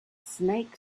snake